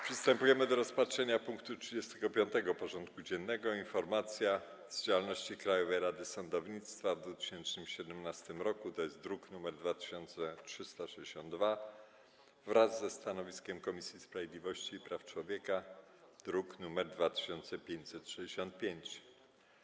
Przystępujemy do rozpatrzenia punktu 35. porządku dziennego: Informacja z działalności Krajowej Rady Sądownictwa w 2017 roku (druk nr 2362) wraz ze stanowiskiem Komisji Sprawiedliwości i Praw Człowieka (druk nr 2565)